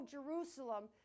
Jerusalem